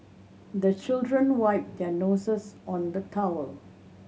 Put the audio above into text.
the children wipe their noses on the towel